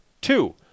Two